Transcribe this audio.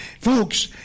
Folks